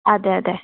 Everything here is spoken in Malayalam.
അതെ അതെ